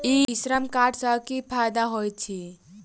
ई श्रम कार्ड सँ की फायदा होइत अछि?